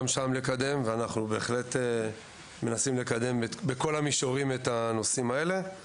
אז אנחנו בהחלט מנסים לקדם את הנושאים האלה בכל המישורים,